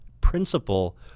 principle